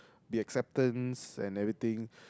be acceptance and everything